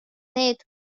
need